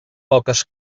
poques